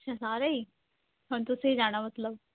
ਅੱਛਾ ਸਾਰੇ ਹੀ ਹੁਣ ਤੁਸੀਂ ਜਾਣਾ ਮਤਲਬ